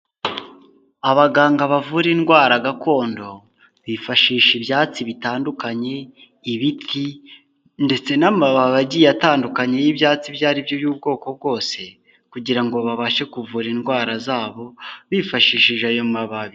Abaganga bavura indwara gakondo bifashisha ibyatsi bitandukanye ibiti ndetse n'amababi agiye atandukanye y'ibyatsi ibyo aribyo by'ubwoko bwose kugira ngo babashe kuvura indwara zabo bifashishije ayo mababi.